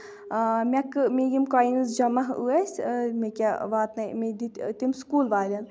مےٚ کٔر مےٚ یِم کوینٕز جمع ٲسۍ مےٚ کیاہ واتنٲے مےٚ دِتۍ تِم سکوٗل والٮ۪ن